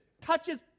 touches